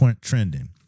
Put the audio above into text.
trending